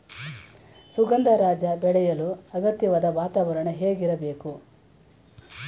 ಸುಗಂಧರಾಜ ಬೆಳೆಯಲು ಅಗತ್ಯವಾದ ವಾತಾವರಣ ಹೇಗಿರಬೇಕು?